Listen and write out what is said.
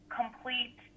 complete